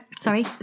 Sorry